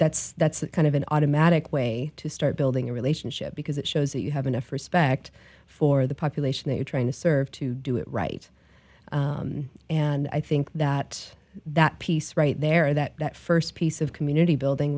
that's that's kind of an automatic way to start building a relationship because it shows that you have enough respect for the population they are trying to serve to do it right and i think that that piece right there that that first piece of community building